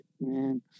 man